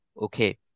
okay